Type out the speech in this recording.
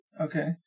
Okay